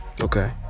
Okay